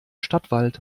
stadtwald